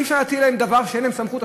אי-אפשר להטיל עליהן דבר שאין להן סמכות,